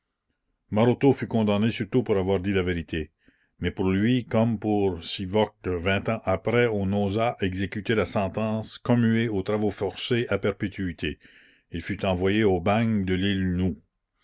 maroteau fut condamné surtout pour avoir dit la vérité mais pour lui comme pour cyvoct vingt ans après on n'osa exécuter la sentence commuée aux travaux forcés à perpétuité il fut envoyé au bagne de l'île nou